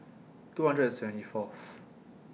two hundred and seventy forth